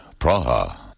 Praha